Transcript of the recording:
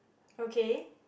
okay